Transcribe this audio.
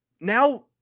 now